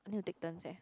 I need to take turns eh